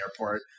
airport